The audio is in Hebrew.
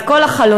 את כל החלונות,